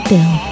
Bill